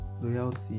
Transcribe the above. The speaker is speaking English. loyalty